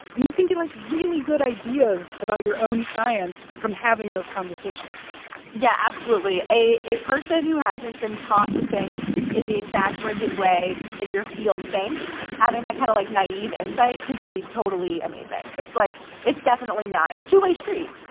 and you can get, like, really good ideas about your own science from having those conversations yeah, absolutely. a a person who hasn't been taught to think in the exact rigid way that your field thinks having that kind of, like, naive insight can be totally amazing. it's like it's definitely not it's a two-way street.